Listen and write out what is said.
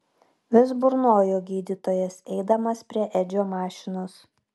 vis burnojo gydytojas eidamas prie edžio mašinos